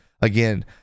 again